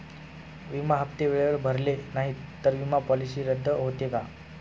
विमा हप्ते वेळेवर भरले नाहीत, तर विमा पॉलिसी रद्द होते का?